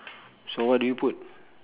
so what do you put